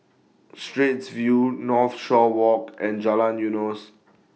Straits View Northshore Walk and Jalan Eunos